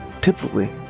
typically